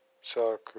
soccer